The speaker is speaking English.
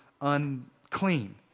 unclean